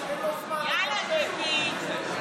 יש לו שבועיים לשימוע מ-17 לספטמבר,